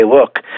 look